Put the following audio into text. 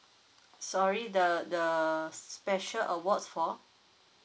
sorry the the special awards for